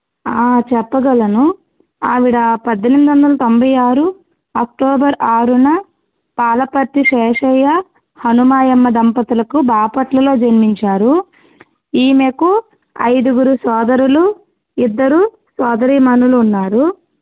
చెప్పగలను ఆవిడ పద్దెనిమిదొందల తొంభై ఆరు అక్టోబర్ ఆరున పాలపర్తి శేషయ్య హనుమాయమ్మ దంపతులకు బాపట్లలో జన్మించారు ఈమెకు ఐదుగురు సోదరులు ఇద్దరు సోదరీమణులు ఉన్నారు